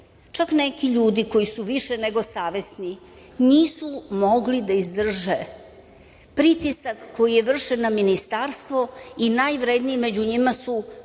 Čak neki ljudi koji su više nego savesni nisu mogli da izdrže pritisak koji je vršen na ministarstvo i najvredniji među njima su